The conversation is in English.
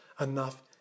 enough